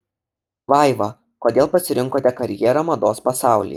vaiva kodėl pasirinkote karjerą mados pasaulyje